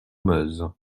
meuse